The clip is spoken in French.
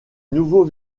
nouveau